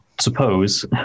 suppose